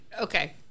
Okay